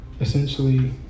essentially